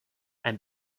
and